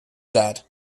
that